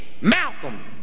Malcolm